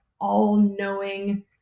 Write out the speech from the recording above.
all-knowing